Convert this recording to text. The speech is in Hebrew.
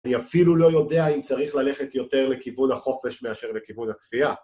היא אפילו לא יודע אם צריך ללכת יותר לכיוון החופש מאשר לכיוון הכפייה.